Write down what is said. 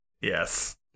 Yes